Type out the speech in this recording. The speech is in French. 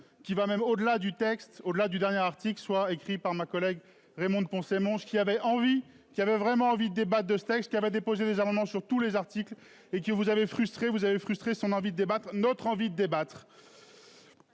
qui va même au-delà du texte au-delà du dernier article soit écrit par ma collègue Raymonde Poncet Monge qui avaient envie qui avait vraiment envie débat de ce texte qui avaient déposé des amendements sur tous les articles et que vous avez frustrés vous avez frustrés son envie de débattre, notre envie de débattre.